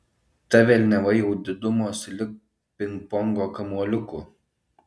ta velniava jau didumo sulig pingpongo kamuoliuku